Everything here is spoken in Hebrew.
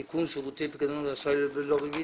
(תיקון) (שירותי פיקדון ואשראי בלא ריבית),